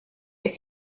est